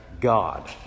God